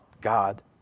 God